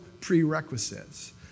prerequisites